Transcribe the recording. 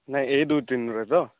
ନାଇ ଏହି ଦୁଇଦିନ ର ତ